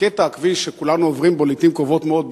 בקטע הכביש שכולנו עוברים בו לעתים קרובות מאוד,